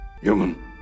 human